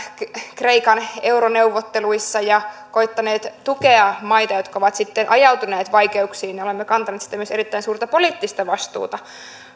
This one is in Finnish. kreikan euroneuvotteluissa ja koettaneet tukea maita jotka ovat ajautuneet vaikeuksiin olemme kantaneet sitten myös erittäin suurta poliittista vastuuta